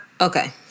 Okay